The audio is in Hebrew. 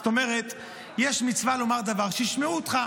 זאת אומרת יש מצווה לומר דבר, שישמעו אותך,